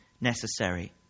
necessary